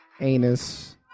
anus